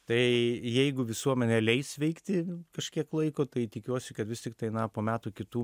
tai jeigu visuomenė leis veikti kažkiek laiko tai tikiuosi kad vis tiktai na po metų kitų